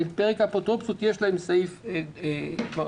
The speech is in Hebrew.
בפרק האפוטרופסות יש הם סעיף דומה.